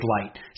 Light